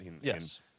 Yes